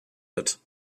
wird